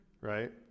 right